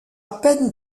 peine